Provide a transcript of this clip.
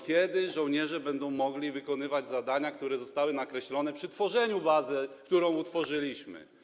Kiedy żołnierze będą mogli wykonywać zadania, które zostały nakreślone przy powoływaniu bazy, którą utworzyliśmy?